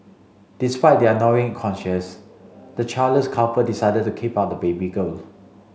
despite their gnawing conscience the childless couple decide to keep on the baby girl